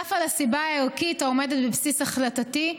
נוסף על הסיבה הערכית העומדת בבסיס החלטתי,